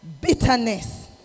Bitterness